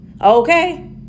okay